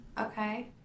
Okay